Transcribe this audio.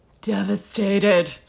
devastated